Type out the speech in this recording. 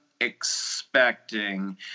expecting